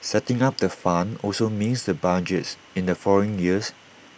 setting up the fund also means the budgets in the following years